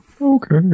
Okay